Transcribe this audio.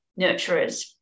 nurturers